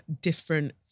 different